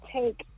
take